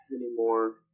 anymore